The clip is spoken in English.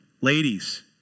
Ladies